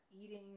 eating